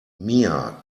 mia